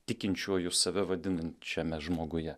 tikinčiuoju save vadinančiame žmoguje